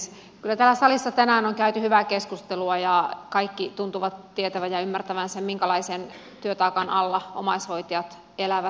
kyllä täällä salissa tänään on käyty hyvää keskustelua ja kaikki tuntuvat tietävän ja ymmärtävän sen minkälaisen työtaakan alla omaishoitajat elävät